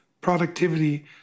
productivity